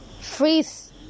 freeze